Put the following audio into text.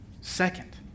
Second